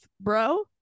bro